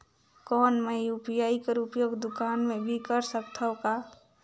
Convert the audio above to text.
कौन मै यू.पी.आई कर उपयोग दुकान मे भी कर सकथव का?